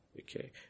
Okay